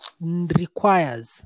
Requires